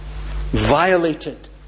violated